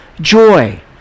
joy